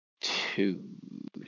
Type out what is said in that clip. Two